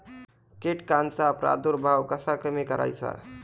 कीटकांचा प्रादुर्भाव कसा कमी करायचा?